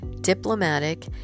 diplomatic